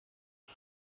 dim